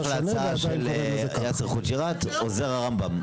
בהמשך להצעה של יאסר חוג'יראת, עוזר הרמב"ם.